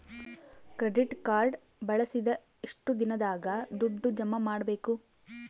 Credit card ಬಳಸಿದ ಎಷ್ಟು ದಿನದಾಗ ದುಡ್ಡು ಜಮಾ ಮಾಡ್ಬೇಕು?